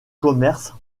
commerce